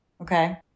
Okay